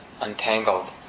untangled